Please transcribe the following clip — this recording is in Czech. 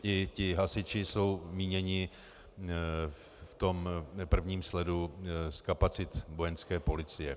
I ti hasiči jsou míněni v tom prvním sledu z kapacit Vojenské policie.